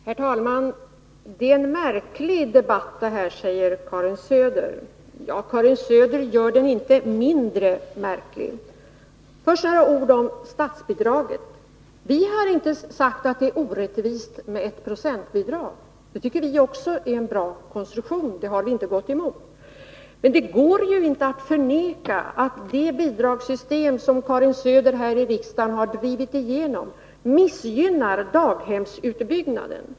Herr talman! Det är en märklig debatt, det här, säger Karin Söder. Ja, Karin Söder gör den inte mindre märklig. Först några ord om statsbidraget. Vi har inte sagt att det är orättvist med ett procentbidrag. Den konstruktionen tycker också vi är bra, så den har vi inte gått emot. Men det går inte att förneka att det bidragssystem som Karin Söder här i riksdagen har drivit igenom missgynnar daghemsutbyggnaden.